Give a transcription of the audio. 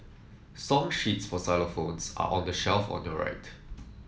song sheets for xylophones are on the shelf on your right